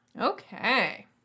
Okay